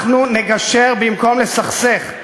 אנחנו נגשר במקום לסכסך.